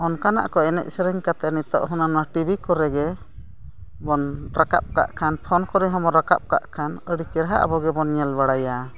ᱚᱱᱠᱟᱱᱟᱜ ᱠᱚ ᱮᱱᱮᱡ ᱥᱮᱨᱮᱧ ᱠᱟᱛᱮᱫ ᱱᱤᱛᱚᱜ ᱦᱚᱸ ᱚᱱᱟ ᱴᱤᱵᱷᱤ ᱠᱚᱨᱮ ᱜᱮ ᱵᱚᱱ ᱨᱟᱠᱟᱵ ᱠᱟᱜ ᱠᱷᱟᱱ ᱯᱷᱳᱱ ᱠᱚᱨᱮ ᱦᱚᱸᱵᱚᱱ ᱨᱟᱠᱟᱵ ᱠᱟᱜ ᱠᱷᱟᱱ ᱟᱹᱰᱤ ᱪᱮᱦᱨᱟ ᱟᱵᱚ ᱜᱮᱵᱚᱱ ᱧᱮᱞ ᱵᱟᱲᱟᱭᱟ